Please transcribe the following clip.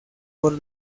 por